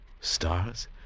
Stars